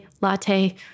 latte